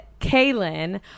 Kaylin